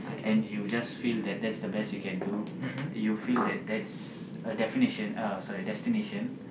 and you just feel that that's the best you can do you feel that that's a definition uh sorry a destination